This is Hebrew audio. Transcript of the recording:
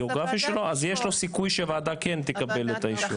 הגאוגרפי שלו אז יש לו סיכוי שוועדה כן תקבל את האישור.